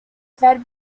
fed